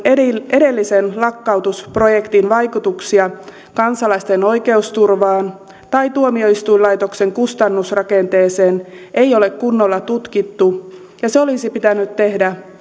edellisen lakkautusprojektin vaikutuksia kansalaisten oikeusturvaan tai tuomioistuinlaitoksen kustannusrakenteeseen ei ole kunnolla tutkittu ja se olisi pitänyt tehdä